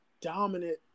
dominant